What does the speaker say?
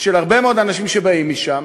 של הרבה מאוד אנשים שבאים משם,